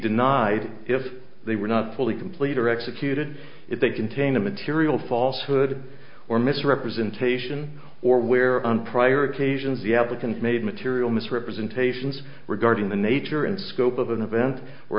denied if they were not fully complete or executed if they contain a material falshood or misrepresentation or where on prior occasions the applicants made material misrepresentations regarding the nature and scope of an event or